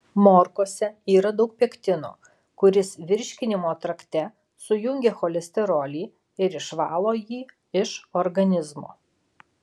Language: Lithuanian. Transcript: morkose yra daug pektino kuris virškinimo trakte sujungia cholesterolį ir išvalo jį iš organizmo